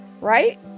right